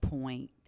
point